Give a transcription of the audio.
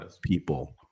people